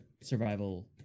survival